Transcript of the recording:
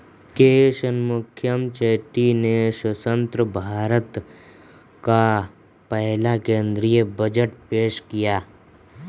के शनमुखम चेट्टी ने स्वतंत्र भारत का पहला केंद्रीय बजट पेश किया